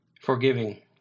forgiving